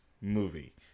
movie